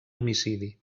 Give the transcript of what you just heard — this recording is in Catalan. homicidi